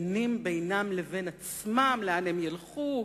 דנים בינם לבין עצמם לאן הם ילכו.